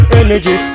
energy